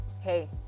hey